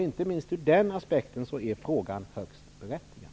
Inte minst ur den aspekten är frågan högst berättigad.